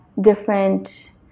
different